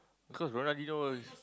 cause Ronaldinio is